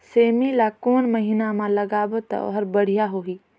सेमी ला कोन महीना मा लगाबो ता ओहार बढ़िया होही?